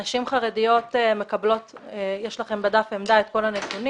נשים חרדיות מקבלות יש לכם בדף עמדה את כל הנתונים